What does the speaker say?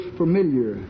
familiar